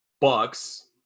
Bucks